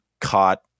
caught